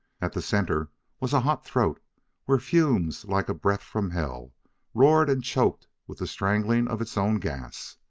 at the center was a hot throat where fumes like a breath from hell roared and choked with the strangling of its own gas.